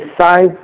size